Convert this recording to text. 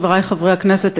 חברי חברי הכנסת,